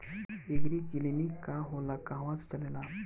एगरी clinic का होला कहवा से चलेँला?